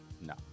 No